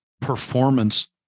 performance